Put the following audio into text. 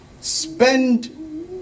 spend